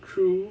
true